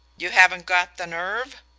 you haven't got the nerve?